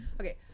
Okay